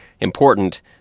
important